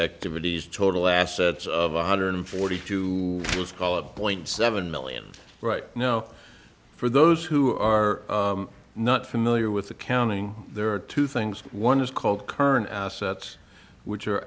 activities total assets of one hundred forty two was call a point seven million right now for those who are not familiar with accounting there are two things one is called current assets which are